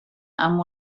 amb